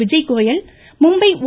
விஜய்கோயல் மும்பை ஒ